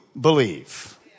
believe